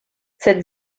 cette